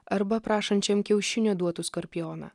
arba prašančiam kiaušinio duotų skorpioną